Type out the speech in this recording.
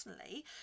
personally